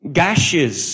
gashes